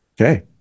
Okay